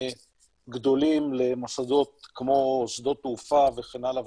גדולים למוסדות כמו שדות תעופה וכן הלאה,